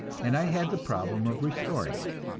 and i had the problem of restoring it,